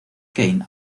kane